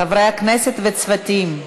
חברי הכנסת וצוותים,